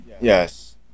Yes